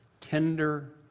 tender